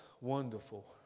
wonderful